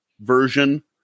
version